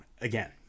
again